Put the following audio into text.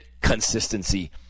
consistency